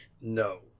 No